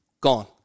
gone